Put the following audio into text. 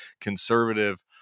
conservative